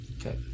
Okay